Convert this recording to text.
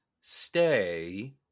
stay